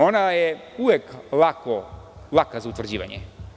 Ona je uvek laka za utvrđivanje.